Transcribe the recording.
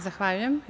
Zahvaljujem.